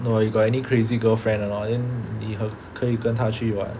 no you got any crazy girlfriend or not then 你和可以跟他去玩 [what]